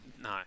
No